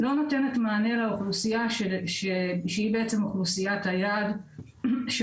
לא נותנת מענה לאוכלוסיית היעד של